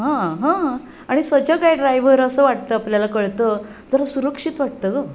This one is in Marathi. हां हां आणि सजग आहे ड्रायव्हर असं वाटतं आपल्याला कळतं जरा सुरक्षित वाटतं ग